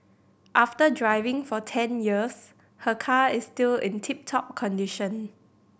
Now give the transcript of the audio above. after driving for ten years her car is still in tip top condition